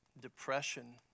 depression